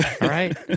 right